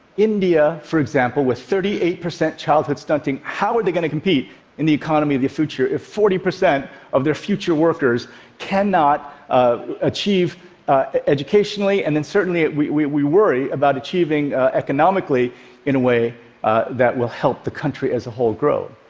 india, for example, with thirty eight percent childhood stunting, how are they going to compete in the economy of the future if forty percent of their future workers cannot ah achieve educationally and certainly we we worry about achieving economically in a way that will help the country as a whole grow.